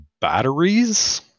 batteries